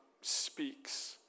speaks